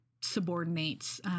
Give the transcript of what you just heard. subordinates